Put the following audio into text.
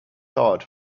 taught